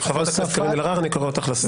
חברת הכנסת קארין אלהרר, אני קורא אותך לסדר.